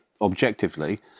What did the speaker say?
objectively